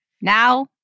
Now